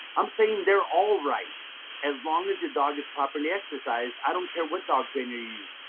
i'm saying they're all right as long as your dog is properly exercised. i don't care what dog trainer you use.